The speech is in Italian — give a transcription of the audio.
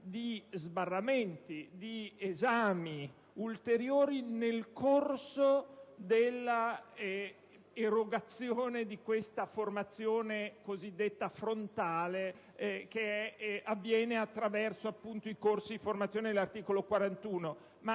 di sbarramenti e di ulteriori esami nel corso dell'erogazione di quella formazione cosiddetta frontale, che avviene attraverso i corsi cui fa riferimento l'articolo 41.